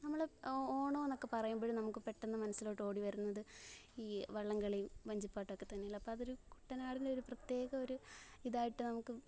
നമ്മള് ഓ ഓണമെന്നൊക്കെ പറയുമ്പോള് നമുക്ക് പെട്ടെന്ന് മനസ്സിലോട്ട് ഓടിവരുന്നത് ഈ വള്ളംകളിയും വഞ്ചിപ്പാട്ടുമൊക്കെ തന്നെയല്ലെ അപ്പോഴതൊരു കുട്ടനാടിൻ്റെ ഒരു പ്രത്യേക ഒരു ഇതായിട്ട് നമുക്ക്